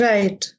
Right